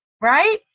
right